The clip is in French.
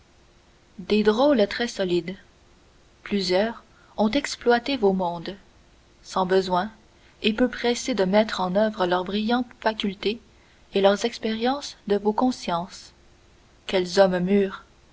des drôles très solides plusieurs ont exploité vos mondes sans besoin et peu pressés de mettre en oeuvre leurs brillantes facultés et leur expérience de vos consciences quels hommes mûrs